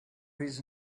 his